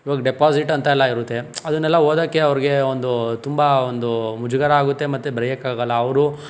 ಇವಾಗ ಡೆಪಾಸಿಟ್ ಅಂತ ಎಲ್ಲ ಇರುತ್ತೆ ಅದನ್ನೆಲ್ಲ ಓದಕ್ಕೆ ಅವ್ರಿಗೆ ಒಂದು ತುಂಬ ಒಂದು ಮುಜುಗರ ಆಗುತ್ತೆ ಮತ್ತೆ ಬರೆಯಕ್ಕಾಗಲ್ಲ ಅವರು